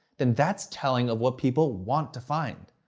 then that's telling of what people want to find.